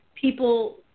people –